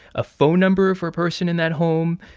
a phone number for a person in that home,